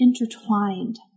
intertwined